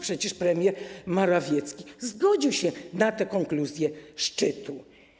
Przecież premier Morawiecki zgodził się na tę konkluzję szczytu.